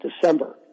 December